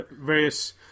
various